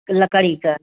लकड़ी की